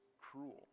cruel